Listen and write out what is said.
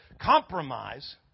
compromise